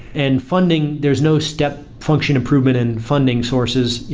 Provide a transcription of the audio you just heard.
and funding, there's no step function improvement in funding sources.